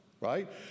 right